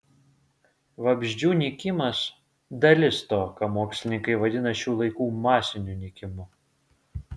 vabzdžių nykimas dalis to ką mokslininkai vadina šių laikų masiniu nykimu